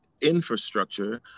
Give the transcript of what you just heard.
infrastructure